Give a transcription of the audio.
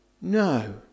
No